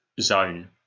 zone